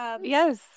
Yes